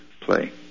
play